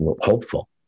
hopeful